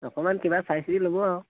অকণমান কিবা চাই চিতি ল'ব আৰু